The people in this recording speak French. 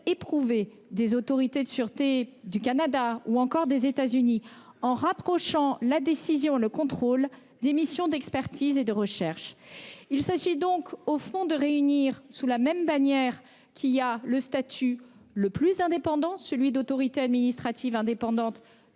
éprouvés des autorités de sûreté du Canada ou encore des États-Unis, en rapprochant la décision et le contrôle des missions d'expertise et de recherche. Il s'agit donc, au fond, de réunir sous la même bannière et sous le statut le plus indépendant qui soit, celui d'autorité administrative indépendante-